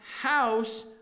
house